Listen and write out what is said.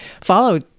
Follow